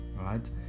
right